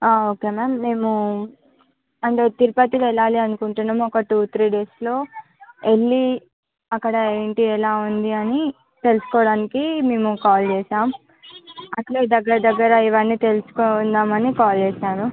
okay ma'am మేము అంటే తిరుపతి వెళ్ళాలి అనుకుంటున్నాం ఒక టూ త్రీ డేస్లో వెళ్ళి అక్కడ ఏంటి ఎలా ఉంది అని తెలుసుకోవడానికి మేము కాల్ చేశాం అట్లే దగ్గర దగ్గర ఇవన్నీ తెలుసుకుందామని కాల్ చేశాను